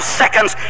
seconds